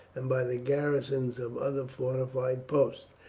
and by the garrisons of other fortified posts.